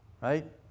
Right